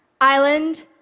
island